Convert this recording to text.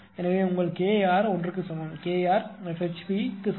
எனவே உங்கள் K r 1 க்கு சமம் K r F HP க்கு சமம்